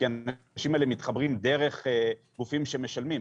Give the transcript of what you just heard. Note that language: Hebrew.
כי האנשים האלה מתחברים דרך גופים שמשלמים.